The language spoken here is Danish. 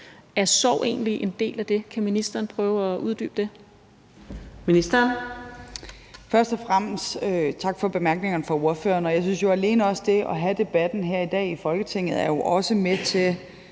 Er sorg egentlig en del af det? Kan ministeren prøve at uddybe det?